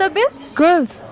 Girls